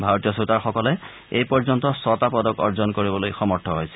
ভাৰতীয় খুটাৰসকলে এই পৰ্যন্ত ছটা পদক অৰ্জন কৰিবলৈ সমৰ্থ হৈছে